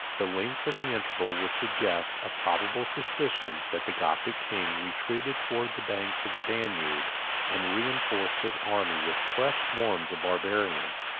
the length of the interval would suggest a probable suspicion, that the gothic king retreated towards the banks of the danube and reenforced his army with fresh swarms of barbarians,